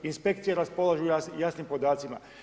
Inspekcije raspolažu jasnim podacima.